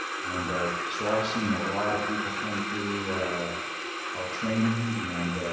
and ah so i've seen a lot of people come through our training. and